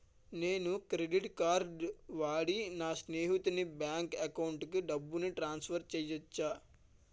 నేను credit card వాడి నా స్నేహితుని బ్యాంక్ అకౌంట్ కి డబ్బును ట్రాన్సఫర్ చేయచ్చా?